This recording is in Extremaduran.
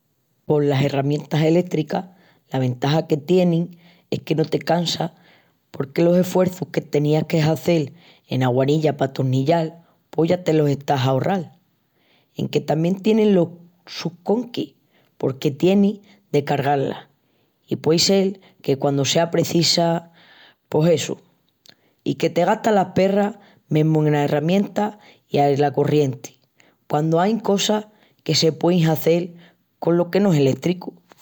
Pos las herramientas elétricas, la ventaja que tienin, possimenti, es que no te cansas porque l'eshuerçu que teniás de hazel ena guanilla pa atornillal pos ya te lo estás a ahorral. Enque tamién tien los sus conquis porque tienis de cargá-la i puei sel que quandu sea precisa pos... essu. I que te gastas las perras mesmu en a herramienta i la corrienti quandu ain cosas que se puein hazel col que no es elétricu.